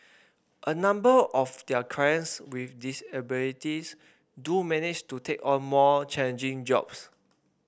a number of their clients with disabilities do manage to take on more challenging jobs